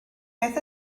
beth